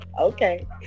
Okay